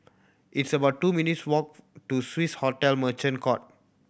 it's about two minutes' walk to Swiss Hotel Merchant Court